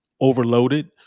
overloaded